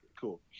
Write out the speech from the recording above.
cool